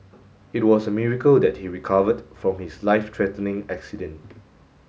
it was a miracle that he recovered from his life threatening accident